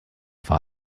war